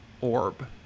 orb